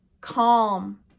calm